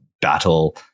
battle